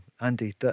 Andy